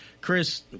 chris